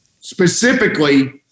specifically